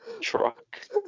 Truck